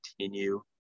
continue